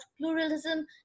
pluralism